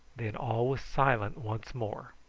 then all was silent once more.